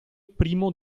primo